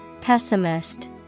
Pessimist